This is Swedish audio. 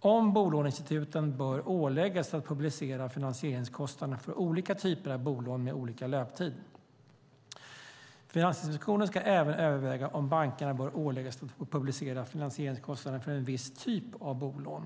om bolåneinstituten bör åläggas att publicera finansieringskostnaden för olika typer av bolån med olika löptid. Finansinspektionen ska även överväga om bankerna bör åläggas att publicera finansieringskostnaden för en viss typ av bolån.